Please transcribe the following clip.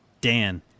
Dan